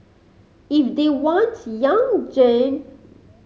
if they want young gen